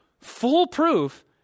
foolproof